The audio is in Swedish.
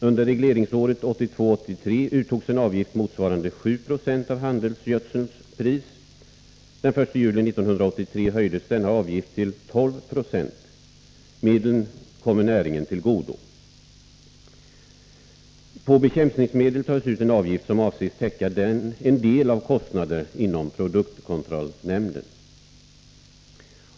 Under regleringsåret 1982/83 uttogs en avgift motsvarande 7 96 av handelsgödselns pris. Den 1 juli 1983 höjdes denna avgift till 12 926. Medlen kommer näringen till godo. På bekämpningsmedel tas ut en avgift som avses täcka en del av kostnaderna inom produktkontrollnämnden.